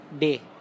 day